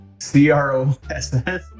C-R-O-S-S